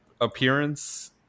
appearance